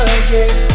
again